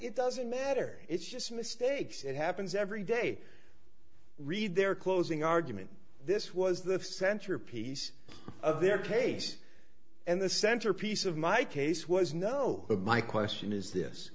it doesn't matter it's just mistakes it happens every day read their closing argument this was the centerpiece of their case and the centerpiece of my case was no but my question is this